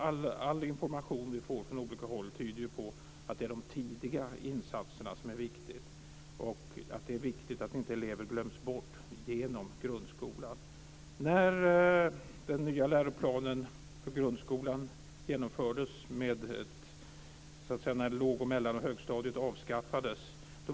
All information vi får från olika håll tyder på att det är de tidiga insatserna som är viktiga och att det är viktigt att elever inte glöms bort genom grundskolan.